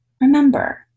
remember